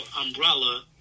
umbrella